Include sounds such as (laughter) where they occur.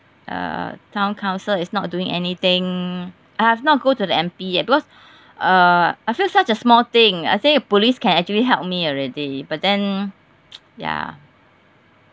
uh town council is not doing anything I have not go to the M_P yet because (breath) uh I feel such a small thing I say police can actually help me already but then (noise) ya